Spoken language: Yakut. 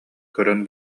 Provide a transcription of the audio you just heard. көрөн